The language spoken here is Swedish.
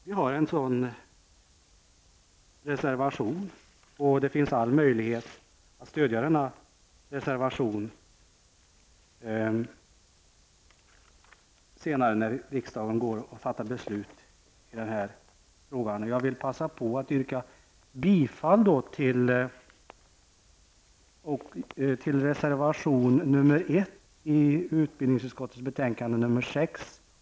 Vi har en reservation om detta, och det finns alla möjligheter att stödja denna reservation senare när riksdagen går att fatta beslut i den här frågan. Jag vill passa på att yrka bifall till reservation 1 i utbildningsutskottets betänkande 6.